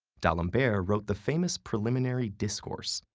d'alembert wrote the famous preliminary discourse,